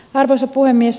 arvoisa puhemies